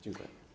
Dziękuję.